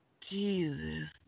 Jesus